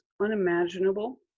unimaginable